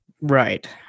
Right